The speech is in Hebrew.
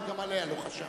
אבל גם עליה לא חשבתי.